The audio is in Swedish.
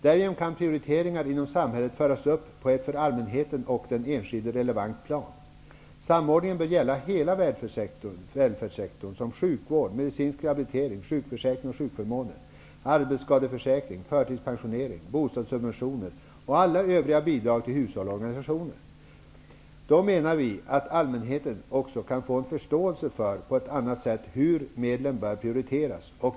Därigenom kan prioriteringar inom samhället föras upp på ett för allmänheten och den enskilde relevant plan. Samordningen bör gälla hela välfärdssektorn, som sjukvård, medicinsk rehabilitering, sjukförsäkring och sjukförmåner, arbetsskadeförsäkring, förtidspensionering, bostadssubventioner och alla övriga bidrag till hushåll och organisationer. Då menar vi att allmänheten också på ett annat sätt kan få en förståelse för hur medlen bör prioriteras.